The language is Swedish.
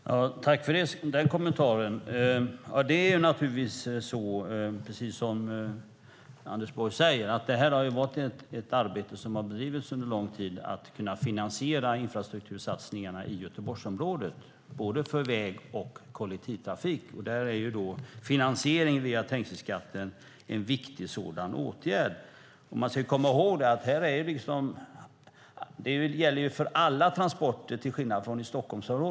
Fru talman! Tack för den kommentaren. Som Anders Borg säger har det under lång tid bedrivits ett arbete för att kunna finansiera infrastruktursatsningarna i Göteborgsområdet, både för väg och kollektivtrafik. Finansiering via trängselskatt är en viktig åtgärd. Till skillnad från Stockholmsområdet gäller detta i Göteborg för alla transporter.